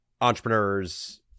entrepreneurs